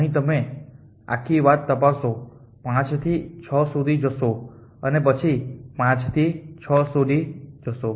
અહીં તમે આખી વાત તપાસશો 5 થી 6 સુધી જશો અને પછી 5 થી 6 સુધી જશો